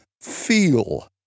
feel